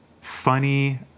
funny